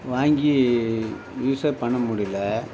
வாங்கி யூஸே பண்ண முடியல